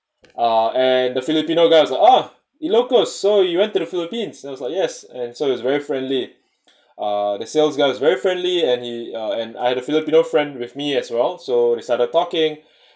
uh and the filipino guy was like ah E-locos so you went to the philippines then I was like yes and so he's very friendly uh the sales guy was very friendly and he and I had a filipino friend with me as well so we started talking